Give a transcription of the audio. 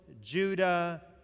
Judah